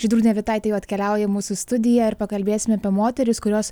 žydrūnė vitaitė atkeliauja mūsų studiją ar pakalbėsime apie moteris kurios